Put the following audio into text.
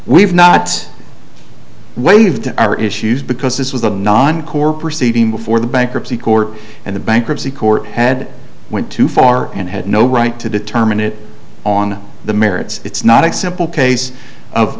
we've not waived our issues because this was a non core proceeding before the bankruptcy court and the bankruptcy court had went too far and had no right to determine it on the merits it's not example case of